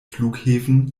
flughäfen